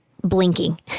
blinking